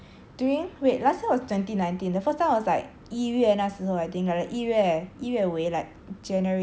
during wait last year was twenty nineteen the first time was like 一月那时猴 I think like 一月一月尾 way like january